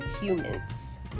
humans